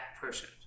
person